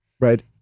right